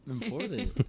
important